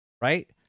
right